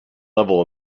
level